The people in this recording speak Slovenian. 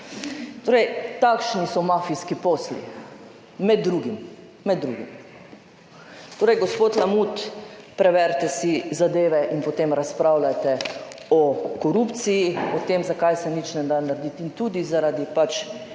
Torej, takšni so mafijski posli, med drugim. Torej, gospod Lamut, preberite si zadeve in potem razpravljajte o korupciji, o tem zakaj se nič ne da narediti in tudi zaradi pač